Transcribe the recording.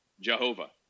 Jehovah